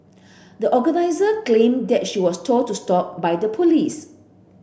the organiser claimed that she was told to stop by the police